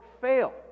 fail